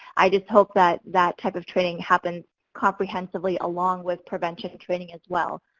i just hope that, that type of training happens comprehensively along with prevention training as well.